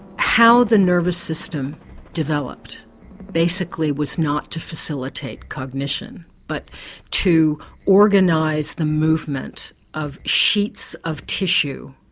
how the nervous system developed basically was not to facilitate cognition but to organise the movement of sheets of tissue,